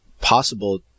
possible